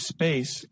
Space